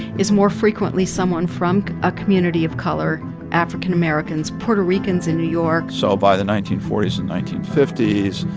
it's more frequently someone from a community of color african-americans, puerto ricans in new york so by the nineteen forty s and nineteen fifty s,